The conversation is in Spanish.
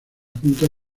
juntas